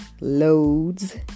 loads